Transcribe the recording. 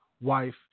wife